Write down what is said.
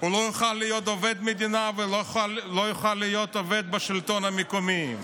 הוא לא יוכל להיות עובד מדינה ולא יוכל להיות עובד בשלטון המקומי.